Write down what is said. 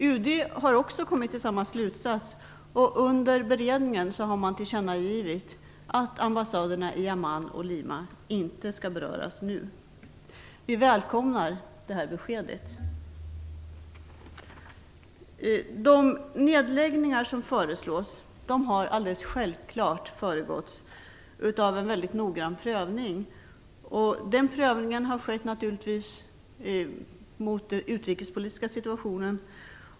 UD har också kommit till samma slutsats, och under beredningen har man tillkännagivit att ambassaderna i Lima och Amman inte skall beröras nu. Vi välkomnar detta besked. De nedläggningar som föreslås har alldeles självklart föregåtts av en noggrann prövning. Denna prövning har skett mot bakgrund av den utrikespolitiska situationen.